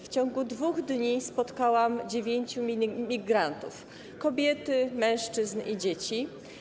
W ciągu 2 dni spotkałam dziewięciu migrantów: kobiety, mężczyzn i dzieci.